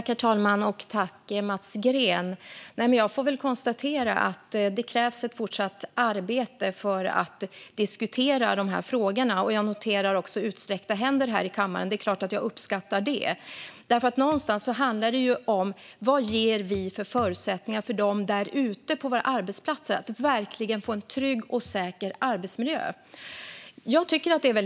Herr talman! Tack, Mats Green! Jag får väl konstatera att det krävs ett fortsatt arbete för att diskutera dessa frågor. Jag noterar också utsträckta händer här i kammaren, och det är klart att jag uppskattar det. Någonstans handlar detta nämligen om vilka förutsättningar vi ger människor att verkligen få en trygg och säker arbetsmiljö där ute på våra arbetsplatser.